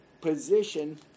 position